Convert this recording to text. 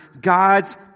God's